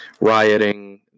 rioting